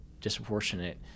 disproportionate